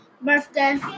birthday